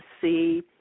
see